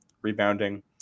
rebounding